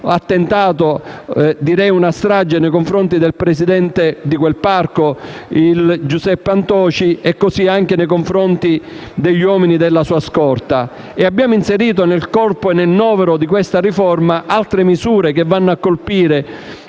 attentato, quasi una strage, nei confronti del presidente di quel Parco, Giuseppe Antoci, e degli uomini della sua scorta), abbiamo inserito, nel corpo e nel novero di questa riforma, altre misure, che vanno a colpire